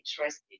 interested